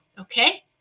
okay